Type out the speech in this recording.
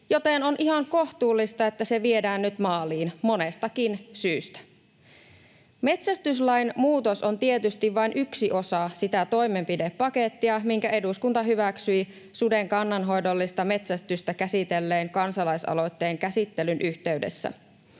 joten on ihan kohtuullista, että se viedään nyt maaliin, monestakin syystä. Metsästyslain muutos on tietysti vain yksi osa sitä toimenpidepakettia, minkä eduskunta hyväksyi suden kannanhoidollista metsästystä käsitelleen kansalaisaloitteen käsittelyn yhteydessä,